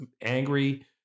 angry